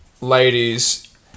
ladies